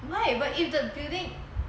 why but if the building